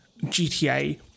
GTA